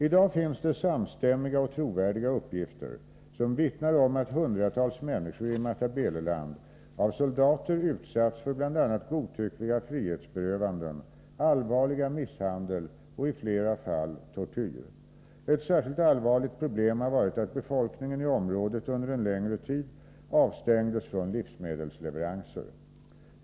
I dag finns det samstämmiga och trovärdiga uppgifter som vittnar om att hundratals människor i Matabeleland av soldater utsatts för bl.a. godtyckliga frihetsberövanden, allvarlig misshandel och i flera fall tortyr. Ett särskilt allvarligt problem har varit att befolkningen i området under en längre tid avstängdes från livsmedelsleveranser.